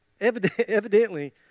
evidently